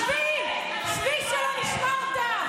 שבי, שבי, שלא נשמע אותך.